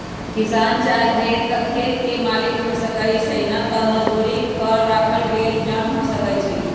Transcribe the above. किसान चाहे त खेत के मालिक हो सकै छइ न त मजदुरी पर राखल गेल जन हो सकै छइ